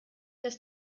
dass